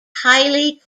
highly